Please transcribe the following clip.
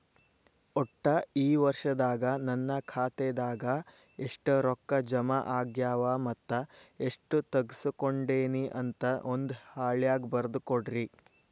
ಒಟ್ಟ ಈ ವರ್ಷದಾಗ ನನ್ನ ಖಾತೆದಾಗ ಎಷ್ಟ ರೊಕ್ಕ ಜಮಾ ಆಗ್ಯಾವ ಮತ್ತ ಎಷ್ಟ ತಗಸ್ಕೊಂಡೇನಿ ಅಂತ ಒಂದ್ ಹಾಳ್ಯಾಗ ಬರದ ಕೊಡ್ರಿ